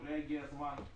אולי הגיע הזמן,